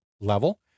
level